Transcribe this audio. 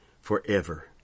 forever